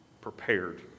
prepared